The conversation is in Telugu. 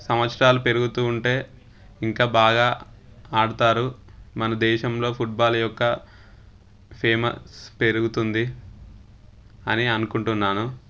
సంవత్సరాలు పెరుగుతూ ఉంటే ఇంకా బాగా ఆడతారు మన దేశంలో ఫుట్బాల్ యొక్క ఫేమస్ పెరుగుతుంది అని అనుకుంటున్నాను